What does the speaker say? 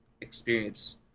experience